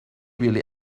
really